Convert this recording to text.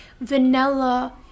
vanilla